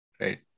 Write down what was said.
right